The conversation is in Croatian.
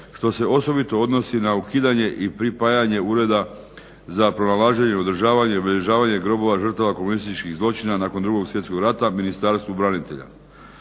što se osobito odnosi na ukidanje i pripajanje Ureda za pronalaženje, održavanje i obilježavanje groblja žrtava komunističkih zločina nakon 2. svjetskog rata Ministarstvu branitelja